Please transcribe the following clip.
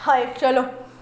हय चलो